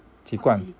几罐